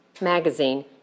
Magazine